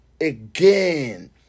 again